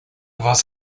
was